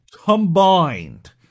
combined